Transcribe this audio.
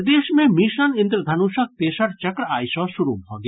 प्रदेश मे मिशन इंद्रधनुषक तेसर चक्र आइ सँ शुरू भऽ गेल